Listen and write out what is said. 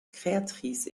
créatrice